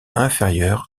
inférieur